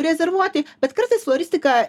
rezervuoti bet kartais floristika